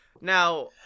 Now-